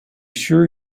sure